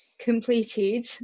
completed